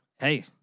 Hey